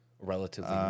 Relatively